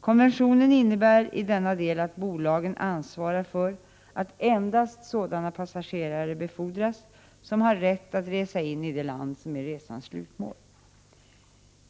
Konventionen innebär i denna del att bolagen ansvarar för att endast sådana passagarare befordras som har rätt att resa in i det land som är resans slutmål.